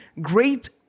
Great